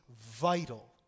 vital